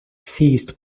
ceased